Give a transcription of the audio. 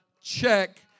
check